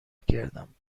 کردم